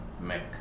make